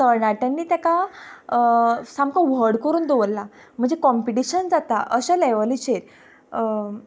तरणाट्यांनी ताका सामको व्हड करून दवरला म्हणजे कंम्पिटीशन जाता अशा लेवलीचेर